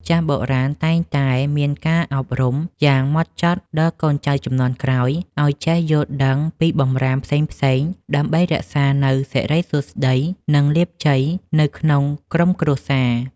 ចាស់បុរាណតែងតែមានការអប់រំយ៉ាងហ្មត់ចត់ដល់កូនចៅជំនាន់ក្រោយឱ្យចេះយល់ដឹងពីបម្រាមផ្សេងៗដើម្បីរក្សានូវសិរីសួស្តីនិងលាភជ័យនៅក្នុងក្រុមគ្រួសារ។